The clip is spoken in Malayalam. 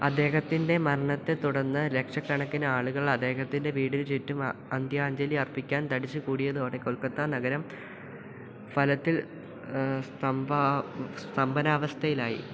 അദ്ദേഹത്തിന്റെ മരണത്തെത്തുടന്ന് ലക്ഷക്കണക്കിന് ആളുകൾ അദ്ദേഹത്തിന്റെ വീടിന് ചുറ്റും അന്ത്യാഞ്ജലി അർപ്പിക്കാൻ തടിച്ച് കൂടിയതോടെ കൊൽക്കത്താ നഗരം ഫലത്തില് സ്തംഭനാവസ്ഥയിലായി